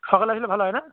সকালে আসলে ভালো হয় না